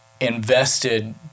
invested